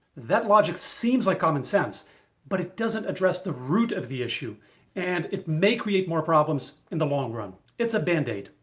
that logic seems like common sense but it doesn't address the root of the issue and it may create more problems in the long run. it's a band-aid.